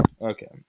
Okay